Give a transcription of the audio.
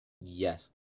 Yes